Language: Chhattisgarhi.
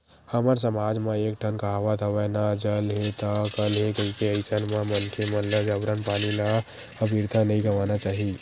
हमर समाज म एक ठन कहावत हवय ना जल हे ता कल हे कहिके अइसन म मनखे मन ल जबरन पानी ल अबिरथा नइ गवाना चाही